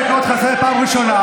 אני קורא אותך לסדר פעם ראשונה.